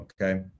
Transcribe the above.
okay